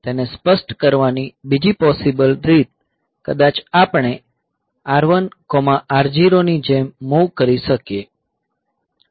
તેને સ્પષ્ટ કરવાની બીજી પોસિબલ રીત કદાચ આપણે 1R0 ની જેમ મૂવ કરી શકીએ